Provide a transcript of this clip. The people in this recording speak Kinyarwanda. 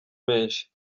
menshi